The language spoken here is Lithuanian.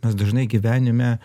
mes dažnai gyvenime